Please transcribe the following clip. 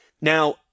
Now